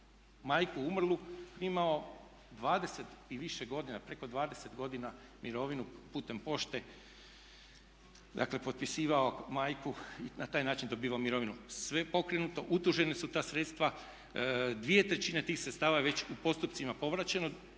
majku umrlu imao 20 i više godina preko 20 godina mirovinu putem pošte, dakle potpisivao majku i na taj način dobivao mirovinu. Sve je pokrenuto, utužena su ta sredstva, dvije trećine tih sredstava je već u postupcima povraćeno,